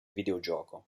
videogioco